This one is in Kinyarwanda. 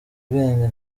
ubwenge